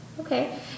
Okay